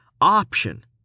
option